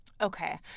Okay